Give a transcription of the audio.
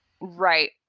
right